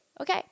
okay